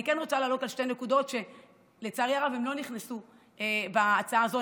אני כן רוצה להעלות כאן שתי נקודות שלצערי הרב לא נכנסו להצעה הזו.